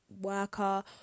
worker